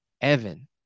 Evan